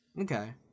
okay